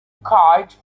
kite